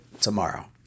tomorrow